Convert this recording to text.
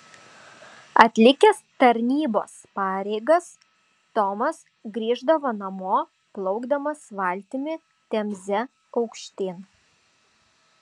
atlikęs tarnybos pareigas tomas grįždavo namo plaukdamas valtimi temze aukštyn